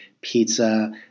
pizza